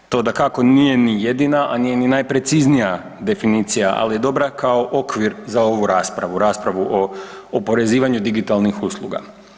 To, dakako nije ni jedina, a nije ni najpreciznija definicija, ali je dobra kao okvir za ovu raspravu, raspravu o oporezivanju digitalnih usluga.